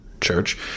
church